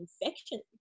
infection